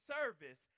service